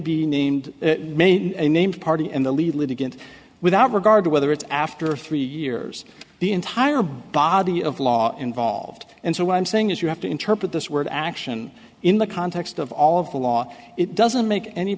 be named main named party and the lead litigant without regard to whether it's after three years the entire body of law involved and so what i'm saying is you have to interpret this word action in the context of all of the law it doesn't make any